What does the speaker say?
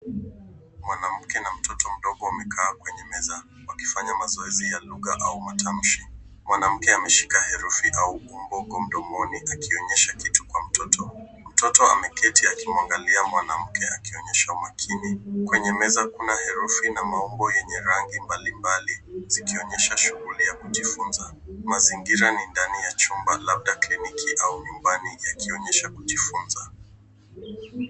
MWanamke na mtoto mdogo wamekaa kwenye meza wakifanya mazoezi ya lugha au matamshi. Mwanamke ameshika herufi au umbo mdomoni akionyesha kitu kwa mtoto. Mtoto ameketi akiangalia mwanamke akionyesha umakini. Kwenye meza kuna herufi na mafumbo yenye rangi mbalimbali zikionyesha shughuli ya kujifunza. Mazingira ni ndani ya chumba labda kliniki au nyumbani yakionyesha kujifunza.